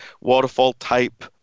waterfall-type